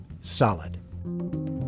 solid